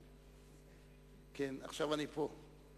עכשיו אני פה.